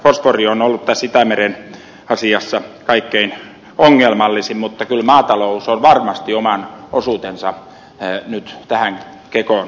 fosfori on ollut tässä itämeren asiassa kaikkein ongelmallisin mutta kyllä maatalous on varmasti oman osuutensa nyt tähän kekoon kantanut